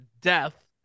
death